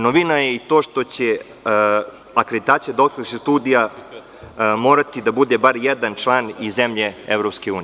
Novina je i to što će akreditacija doktorskih studija morati da bude bar jedan član iz zemlje EU.